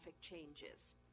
changes